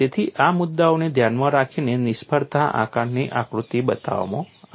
તેથી આ મુદ્દાઓને ધ્યાનમાં રાખીને નિષ્ફળતા આકારણી આકૃતિ બનાવવામાં આવી છે